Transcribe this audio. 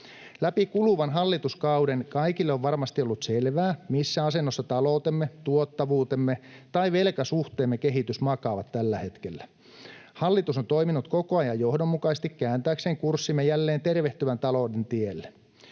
Läpi kuluvan hallituskauden kaikille on varmasti ollut selvää, missä asennossa taloutemme, tuottavuutemme tai velkasuhteemme kehitys makaavat tällä hetkellä. Hallitus on toiminut koko ajan johdonmukaisesti kääntääkseen kurssimme jälleen tervehtyvän talouden tielle.